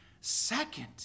Second